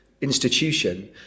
Institution